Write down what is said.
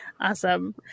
Awesome